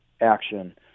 action